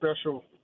special